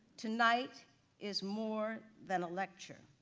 tonight is more than a lecture.